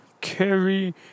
carry